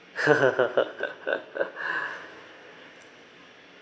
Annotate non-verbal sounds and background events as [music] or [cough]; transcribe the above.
[laughs]